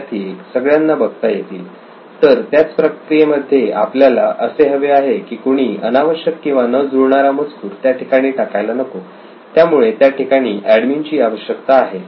विद्यार्थी 1 सगळ्यांना बघता येईल तर त्याच प्रक्रियेमध्ये आपल्याला असे हवे आहे की कुणी अनावश्यक किंवा न जुळणारा मजकूर त्याठिकाणी टाकायला नको त्यामुळे त्या ठिकाणी एडमीन ची आवश्यकता आहे